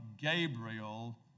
Gabriel